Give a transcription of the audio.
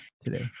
today